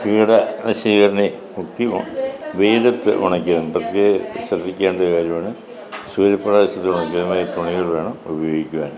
കീട നാശികരണി മുക്കി വെയിലത്ത് ഉണക്കി ഇടാൻ പ്രത്യേകം ശ്രദ്ധിക്കേണ്ട ഒരു കാര്യമാണ് സൂര്യപ്രകാശത്തിൽ ഉണക്കിയ തുണികൾ വേണം ഉപയോഗിക്കുവാൻ